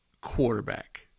Quarterback